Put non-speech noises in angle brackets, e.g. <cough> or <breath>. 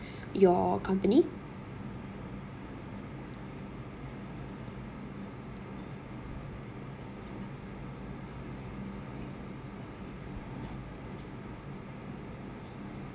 <breath> your company